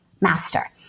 master